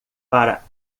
para